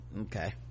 okay